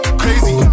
crazy